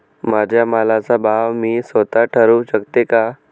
माझ्या मालाचा भाव मी स्वत: ठरवू शकते का?